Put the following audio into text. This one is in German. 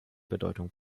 bedeutung